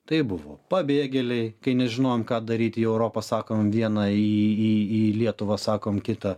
tai buvo pabėgėliai kai nežinojome ką daryti į europą sakom vieną į į į lietuvą sakom kitą